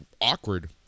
awkward